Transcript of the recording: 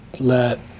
Let